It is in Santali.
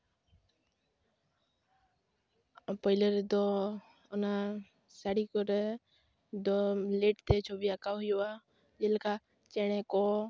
ᱯᱳᱭᱞᱳ ᱨᱮᱫᱚ ᱚᱱᱟ ᱥᱟᱹᱲᱤ ᱠᱚᱨᱮ ᱫᱚ ᱵᱞᱮᱹᱴᱛᱮ ᱪᱷᱚᱵᱤ ᱟᱸᱠᱟᱣ ᱦᱩᱭᱩᱜᱼᱟ ᱡᱮᱞᱮᱠᱟ ᱪᱮᱬᱮ ᱠᱚ